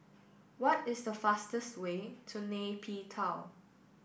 what is the fastest way to Nay Pyi Taw